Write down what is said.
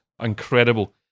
Incredible